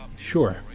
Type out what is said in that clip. Sure